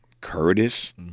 Curtis